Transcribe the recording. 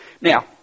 Now